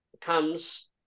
comes